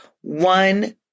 One